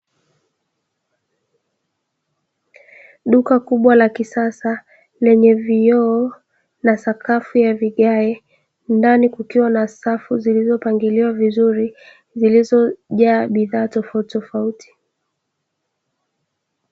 Duka kubwa la kisasa lenye vioo na sakafu ya vigae, ndani kukiwa na safu zilizopangiliwa vizuri, zilizojaa bidhaa tofauti.